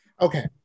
Okay